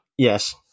Yes